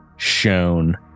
Shown